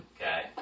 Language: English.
okay